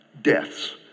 Deaths